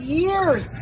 years